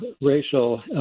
racial